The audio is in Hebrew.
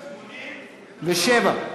לא.